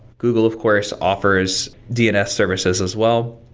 google of course offers dns services as well.